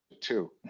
two